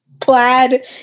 plaid